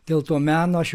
dėl to meno aš